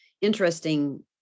interesting